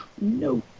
No